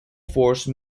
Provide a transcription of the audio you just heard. force